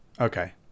Okay